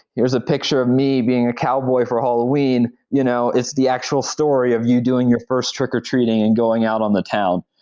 here is a picture of me being a cowboy for halloween. you know it's the actual story of you doing your first trick-or-treating and going out on the town.